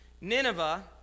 Nineveh